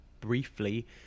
briefly